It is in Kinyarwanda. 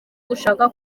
gushaka